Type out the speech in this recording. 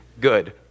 Good